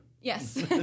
Yes